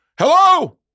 Hello